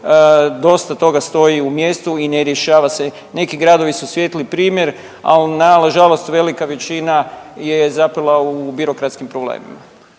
dosta toga stoji u mjestu i ne rješava se. Neki gradovi su svijetli primjer, ali nažalost velika većina je zapela u birokratskim problemima.